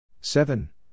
Seven